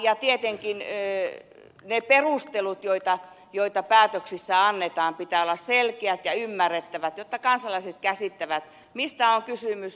ja tietenkin niiden perustelujen joita päätöksissä annetaan pitää olla selkeät ja ymmärrettävät jotta kansalaiset käsittävät mistä on kysymys